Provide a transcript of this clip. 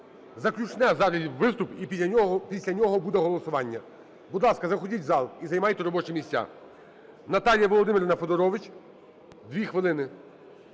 Заключне зараз виступ і після нього буде голосування. Будь ласка, заходіть в зал і займайте робочі місця.